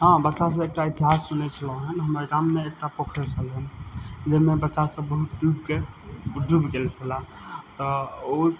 हँ बच्चा सऽ एकटा इतिहास सुनै छलहुॅं हँ हमर गाममे एकटा पोखरि छलै हँ जाहिमे बच्चा सब बहुत डुबि कऽ डुबि गेल छल तऽ ओ